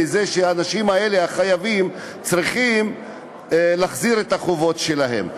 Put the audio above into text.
האנשים החייבים האלה צריכים להחזיר את החובות שלהם.